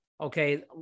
Okay